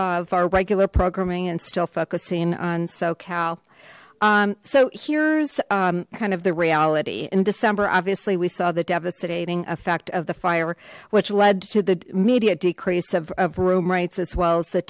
of our regular programming and still focusing on socal so here's kind of the reality in december obviously we saw the devastating effect of the fire which led to the media decrease of room rates as well as the